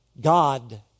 God